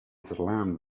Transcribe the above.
slammed